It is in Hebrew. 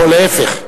או להיפך,